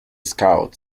scout